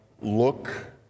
look